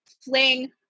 fling